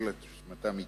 בשל השמטה מקרית,